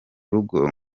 rugo